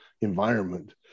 environment